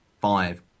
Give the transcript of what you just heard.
five